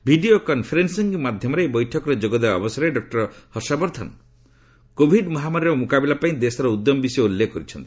video conferencing ମାଧ୍ୟମରେ ଏହି ବୈଠକରେ ଯୋଗଦେବା ଅବସରରେ ଡକୁର ହର୍ଷବର୍ଦ୍ଧନ କୋଭିଡ ମହାମାରୀର ମୁକାବିଲା ପାଇଁ ଦେଶର ଉଦ୍ୟମ ବିଷୟ ଉଲ୍ଲେଖ କରିଛନ୍ତି